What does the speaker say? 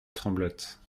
tremblote